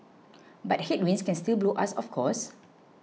but headwinds can still blow us off course